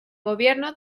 gobierno